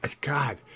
God